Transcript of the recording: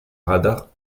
radar